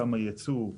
כמה ייצוא?